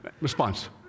response